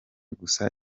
gusa